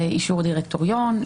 ואישור דירקטוריון.